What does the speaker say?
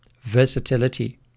versatility